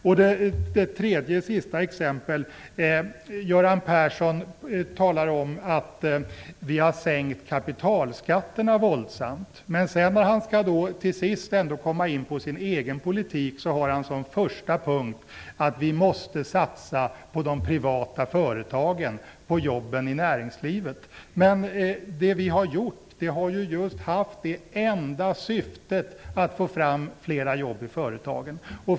För det tredje: Göran Persson talar om att vi har sänkt kapitalskatterna våldsamt. Men när han till sist ändå skall komma in på sin egen politik har han som första punkt att man måste satsa på de privata företagen och på jobben i näringslivet. Det vi har gjort har just haft det enda syftet att få fram flera jobb i företagen.